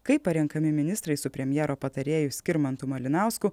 kaip parenkami ministrai su premjero patarėju skirmantu malinausku